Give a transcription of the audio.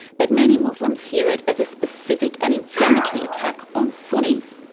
but many muslims hear it as a specific and inflammatory attack on sunnis.